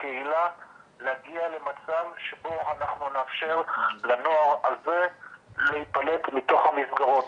וכקהילה להגיע למצב שבו אנחנו נאפשר לנוער הזה להיפלט מתוך המסגרות.